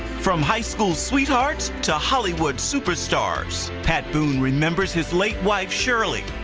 from high school sweethearts to hollywood superstars, pat boone remembers his late wife shirley,